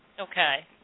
Okay